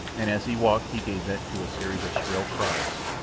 and as he walked he gave vent to a series of shrill cries.